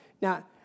Now